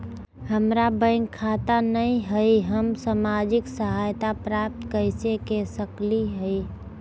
हमार बैंक खाता नई हई, हम सामाजिक सहायता प्राप्त कैसे के सकली हई?